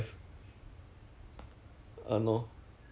oh ya lor ya lor same same same almost there lah almost there lah